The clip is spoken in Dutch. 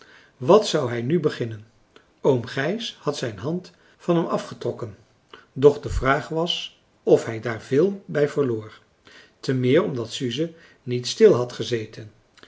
wat zou hij nu beginnen oom gijs had zijn hand van hem afgetrokken doch de vraag was of hij daar veel bij verloor te meer omdat suze niet stil had gezeten